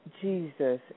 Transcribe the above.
Jesus